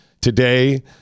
today